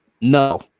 no